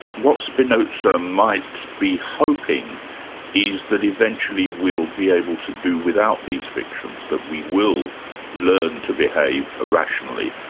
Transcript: what spinoza might be hoping is that eventually we'll be able to do without these fictions, that we will learn to behave rationally,